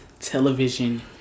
television